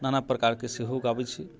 नाना प्रकारके सेहो उगाबै छी